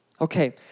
Okay